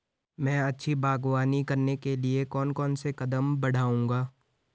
मैं अच्छी बागवानी करने के लिए कौन कौन से कदम बढ़ाऊंगा?